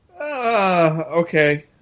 Okay